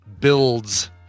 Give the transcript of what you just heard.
builds